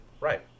Right